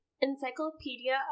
Encyclopedia